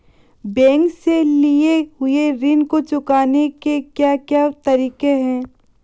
Bank से लिए हुए ऋण को चुकाने के क्या क्या तरीके हैं?